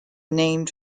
named